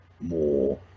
more